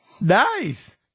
Nice